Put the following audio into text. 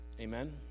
Amen